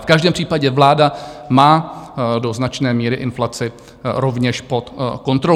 V každém případě vláda má do značné míry inflaci rovněž pod kontrolu.